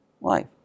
life